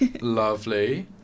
Lovely